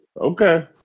Okay